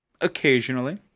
occasionally